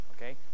okay